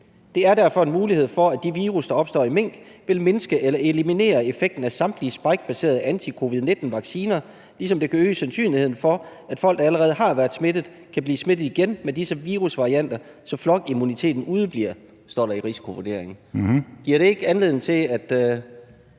Der er derfor en mulighed for, at de virus, hvor der er sket sådanne ændringer, kan mindske eller eliminere effekten af samtlige spike-baserede anti-COVID19 vacciner, ligesom det kan øge sandsynligheden for, at folk der allerede har været smittet, kan blive smittet igen med disse virusvarianter, så flokimmunitet udebliver.« Det står der i risikovurderingen. Giver det ikke anledning til, at